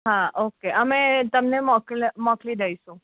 હા ઓકે અમે તમને મોકલા મોકલી દઈશું